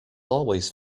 always